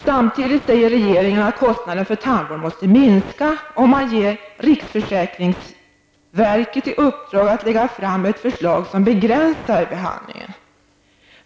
Samtidigt säger regeringen att kostnaderna för tandvård måste minska, och man ger riksförsäkringsverket i uppdrag att lägga fram ett förslag som begränsar behandlingarna.